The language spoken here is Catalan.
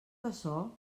açò